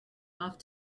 off